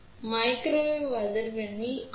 microwave அதிர்வெண்ணில் R